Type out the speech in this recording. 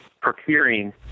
procuring